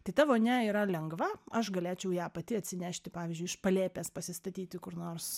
tai ta vonia yra lengva aš galėčiau ją pati atsinešti pavyzdžiui iš palėpės pasistatyti kur nors